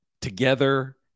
together